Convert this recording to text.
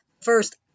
first